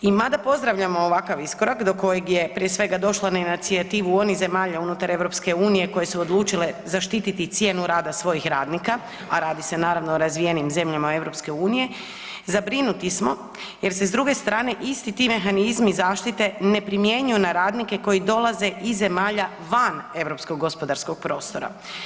I mada pozdravljamo ovakav iskorak do kojeg je prije svega došlo na inicijativu onih zemalja unutar EU-a koje su odlučile zaštititi cijenu rada svojih radnika a radi se naravno o razvijenim zemljama EU-a, zabrinuti smo jer se s druge strane isti ti mehanizmi zaštite ne primjenjuju na radnike koji dolaze iz zemalja van europskog gospodarskog prostora.